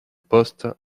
poste